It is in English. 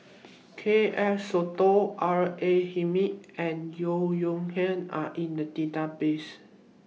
K F Seetoh R A Hamid and Yeo Yong Nian Are in The databases